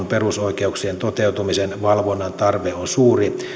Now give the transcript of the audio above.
perusoikeuksien toteutumisen valvonnan tarve on suuri